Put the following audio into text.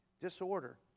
disorder